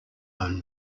own